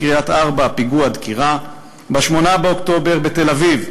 בירושלים,